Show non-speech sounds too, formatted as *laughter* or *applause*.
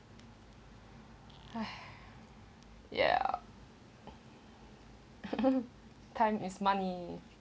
*noise* ya *noise* time is money